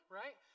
right